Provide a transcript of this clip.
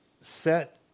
set